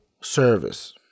service